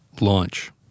Launch